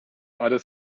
other